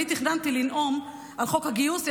אני תכננתי לנאום על חוק הגיוס,